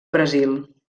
brasil